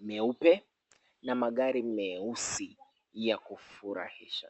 nyeupe, na magari meusi ya kufurahisha.